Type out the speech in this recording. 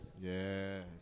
Yes